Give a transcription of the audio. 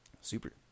super